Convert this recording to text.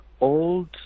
old